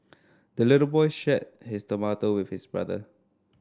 the little boy shared his tomato with his brother